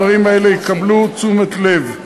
הדברים האלה יקבלו תשומת לב.